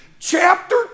Chapter